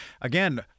Again